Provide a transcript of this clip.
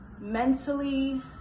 Mentally